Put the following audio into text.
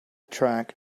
track